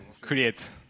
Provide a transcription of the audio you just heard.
create